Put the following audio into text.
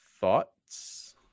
Thoughts